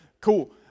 Cool